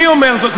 מי אומר זאת?